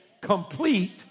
Complete